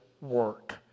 work